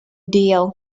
deal